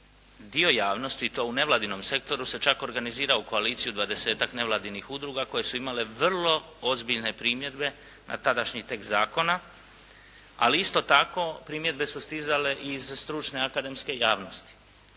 dio javnosti i to nevladinom sektoru se čak organizirao u koaliciju dvadesetak nevladinih udruga koje su imale vrlo ozbiljne primjedbe na tadašnji tekst zakona. Ali isto tako, primjedbe su stizale i iz stručne akademske javnosti.